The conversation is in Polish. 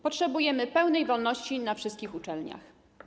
Potrzebujemy pełnej wolności na wszystkich uczelniach.